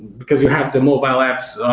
because you have the mobile apps,